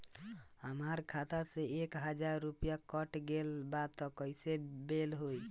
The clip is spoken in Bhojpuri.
हमार खाता से एक हजार रुपया कट गेल बा त कइसे भेल बा?